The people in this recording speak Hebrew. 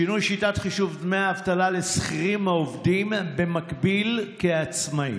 שינוי שיטת חישוב דמי האבטלה לשכירים העובדים במקביל כעצמאים: